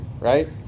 right